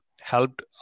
helped